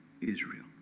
Israel